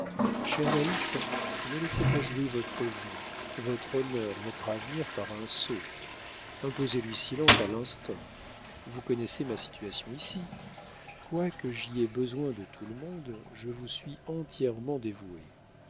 chère naïs ne laissez pas jouer votre vie votre honneur votre avenir par un sot imposez lui silence à l'instant vous connaissez ma situation ici quoique j'y aie besoin de tout le monde je vous suis entièrement dévoué